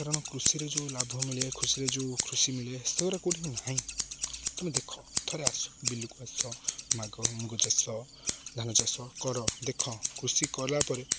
କାରଣ କୃଷିରେ ଯେଉଁ ଲାଭ ମିଳେ କୃଷିରେ ଯେଉଁ କୃଷି ମିଳେ ସେଗଟା କେଉଁଠି ନାହିଁ ତମେ ଦେଖ ଥରେ ଆସ ବିଲକୁ ଆସ ମୁଗ ଚାଷ ଧାନ ଚାଷ କର ଦେଖ କୃଷି କଲା ପରେ